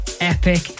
epic